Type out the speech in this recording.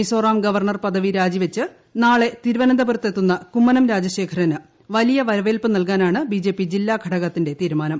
Mizoram governor പദവി രാജിവെച്ച് നാളെ തിരുവീജന്തപുരത്തെത്തുന്ന കുമ്മനം രാജശേഖരന് വലിയ വര്ദ്ധ്വേർപ്പ് നൽകാനാണ് ബിജെപി ജില്ലാ ഘടകത്തിന്റെ ത്രീരുമാനം